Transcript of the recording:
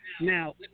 now